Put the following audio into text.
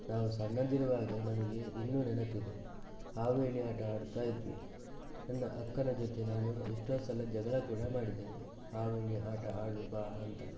ನಾವು ಸಣ್ಣದಿರುವಾಗ ನನಗೆ ಇನ್ನೂ ನೆನಪಿದೆ ಹಾವು ಏಣಿ ಆಟ ಆಡ್ತಾ ಇದ್ವಿ ನನ್ನ ಅಕ್ಕನ ಜೊತೆ ನಾನು ಎಷ್ಟೋ ಸಲ ಜಗಳ ಕೂಡ ಮಾಡಿದ್ದೇನೆ ಹಾವು ಏಣಿ ಆಟ ಆಡು ಬಾ ಅಂತ